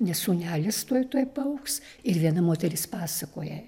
nes sūnelis tuoj tuoj paaugs ir viena moteris pasakoja